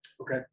Okay